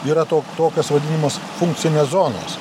yra tok tokios vadinamos funkcinės zonos